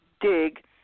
dig